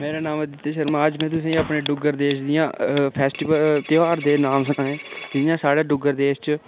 मेरा नांऽ आदित्य शर्मा अज्ज में तुसें गी अपने डुग्गर देश दियां फैस्टीवल ध्यार दे नांऽ सनाये जि'यां साढ़े डुग्गर देश च